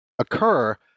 occur